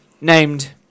named